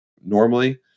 normally